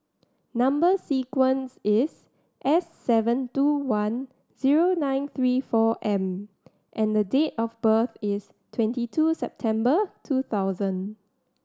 number sequence is S seven two one zero nine three four M and date of birth is twenty two September two thousand